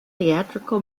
theatrical